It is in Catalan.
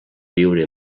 viure